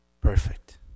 perfect